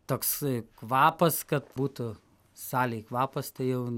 toks kvapas kad būtų salėj kvapas tai jau